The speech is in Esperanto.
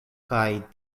kaj